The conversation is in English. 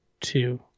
two